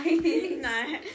no